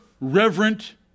reverent